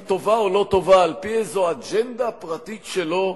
טובה או לא טובה על-פי איזו אג'נדה פרטית שלו,